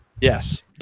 yes